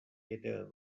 little